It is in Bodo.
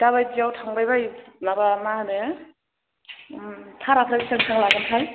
दा बायदियाव थांबाय बायो माबा मा होनो भाराफ्रा बेसेबां बेसेबां लागोनथाय